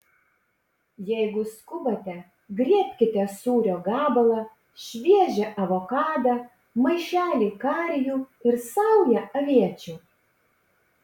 jeigu skubate griebkite sūrio gabalą šviežią avokadą maišelį karijų ir saują aviečių